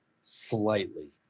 slightly